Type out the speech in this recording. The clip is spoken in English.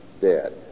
dead